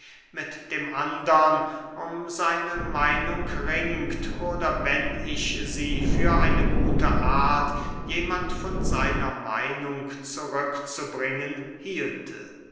mit dem andern um seine meinung ringt oder wenn ich sie für eine gute art jemand von seiner meinung zurück zu bringen hielte